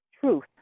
truth